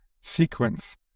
sequence